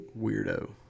weirdo